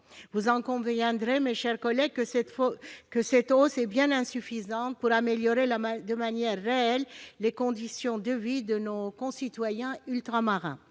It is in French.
Vous conviendrez, mes chers collègues, que cette hausse est bien insuffisante pour améliorer de manière réelle les conditions de vie de nos concitoyens ultramarins.